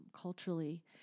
culturally